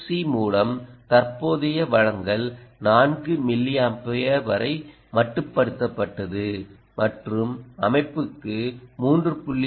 C மூலம் தற்போதைய வழங்கல் 4 மில்லியம்பியர் வரை மட்டுப்படுத்தப்பட்டது மற்றும் அமைப்புக்கு 3